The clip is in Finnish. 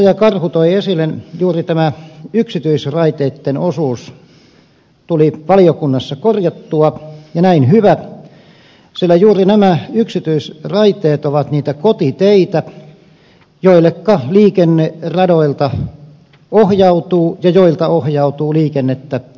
karhu toi esille juuri tämä yksityisraiteitten osuus tuli valiokunnassa korjattua ja näin on hyvä sillä juuri nämä yksityisraiteet ovat niitä kotiteitä joille liikenneradoilta ohjautuu liikennettä ja joilta ohjautuu liikennettä rautateille